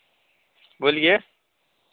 बोलिए